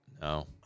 No